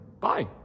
Bye